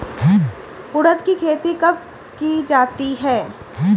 उड़द की खेती कब की जाती है?